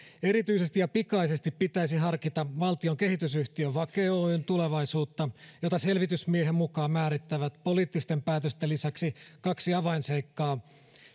erityisesti ja pikaisesti pitäisi harkita valtion kehitysyhtiön vake oyn tulevaisuutta jota selvitysmiehen mukaan määrittävät poliittisten päätösten lisäksi kaksi avainseikkaa